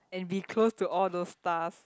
and be close to all those stars